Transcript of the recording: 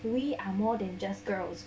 we are more than just girls